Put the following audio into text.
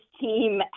team